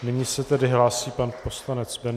Nyní se tedy hlásí pan poslanec Benda.